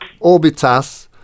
orbitas